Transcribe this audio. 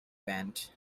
band